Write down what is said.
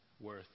worth